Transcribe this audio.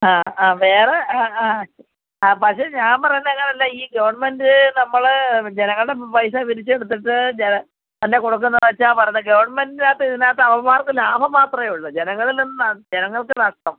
ആ ആ വേറെ ആ ആ ആ പക്ഷേ ഞാ പറയുന്നത് അങ്ങനെ അല്ല ഈ ഗവൺമെൻറ്റ് നമ്മൾ ജനങ്ങളുടെ പൈസ പിരിച്ചെടുത്തിട്ട് തന്നെ കൊടുക്കുന്ന വച്ചാണ് പറയുന്നത് ഗവൺമെൻറ്റിനകത്ത് ഇതിനകത്ത് അവന്മാർക്ക് ലാഭം മാത്രമേ ഉള്ളൂ ജനങ്ങളിൽനിന്ന് ജനങ്ങൾക്ക് നഷ്ടം